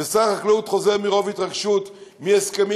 ושר החקלאות חזר ברוב התרגשות מהסכמים